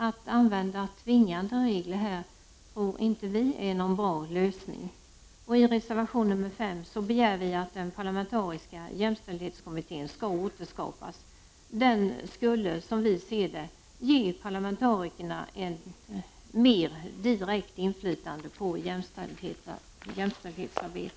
Att använda tvingande regler i detta sammanhang tror vi inte är någon bra lösning. I reservation 5 begär vi att den parlamentariska jämställdhetskommittén skall återskapas. Den skulle, som vi ser det, ge parlamentarikerna ett mer direkt inflytande på jämställdhetsarbetet.